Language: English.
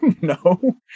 no